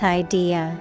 idea